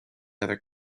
other